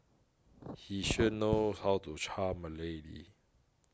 he sure know how to charm a lady